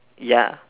ya